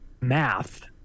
math